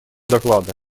доклада